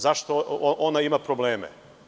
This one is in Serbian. Zašto ona ima probleme?